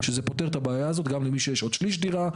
שזה פותר את הבעיה הזאת גם למי שיש שליש דירה,